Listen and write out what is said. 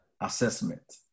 assessment